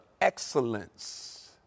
excellence